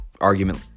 argument